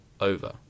over